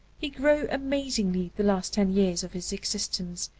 he grew amazingly the last ten years of his existence,